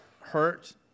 hurt